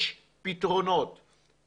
יש פתרונות,